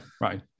right